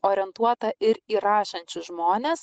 orientuota ir į rašančius žmones